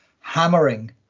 hammering